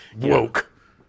woke